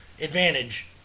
advantage